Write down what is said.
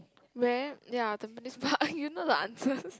where ya the <UNK? you know the answers